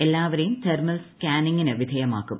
എല്ലാവരെയും തെർമൽ സ്കാനിനിങ്ങിന് വിധേയമാക്കും